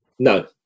No